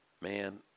man